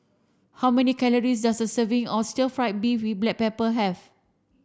how many calories does a serving of stir fried beef with black pepper have